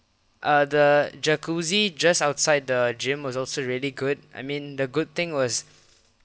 uh the jacuzzi just outside the gym was also really good I mean the good thing was